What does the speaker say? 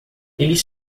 eles